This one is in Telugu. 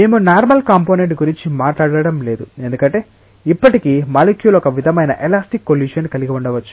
మేము నార్మల్ కాంపొనెంట్ గురించి మాట్లాడటం లేదు ఎందుకంటే ఇప్పటికీ మాలిక్యుల్ ఒక విధమైన ఎలాస్టిక్ కొల్లిసియన్ కలిగి ఉండవచ్చు